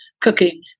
cooking